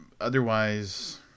Otherwise